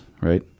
right